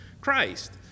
Christ